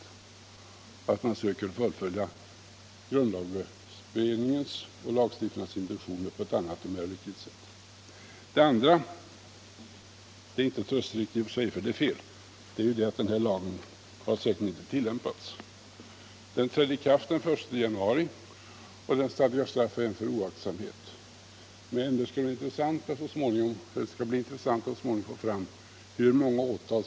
Man kommer säkerligen att fullfölja grundlagberedningens och lagstiftarnas intentioner på ett annat och lyckligare sätt. Den andra saken — som alltså inte är trösterik i och för sig, eftersom det är fel — är att denna lag säkerligen inte har tillämpats. Den trädde i kraft den 1 januari och stadgar straff även för oaktsamhet, men det skall bli intressant att så småningom få ta del av hur många åtal som har väckts under den gångna tiden.